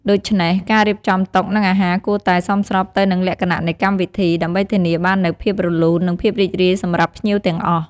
ដូច្នេះ ការរៀបចំតុ និងអាហារគួរតែ សមស្របទៅនឹងលក្ខណៈនៃកម្មវិធី ដើម្បីធានាបាននូវភាពរលូន និងភាពរីករាយសម្រាប់ភ្ញៀវទាំងអស់។